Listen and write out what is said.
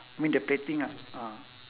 I mean the plating lah ah